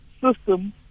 system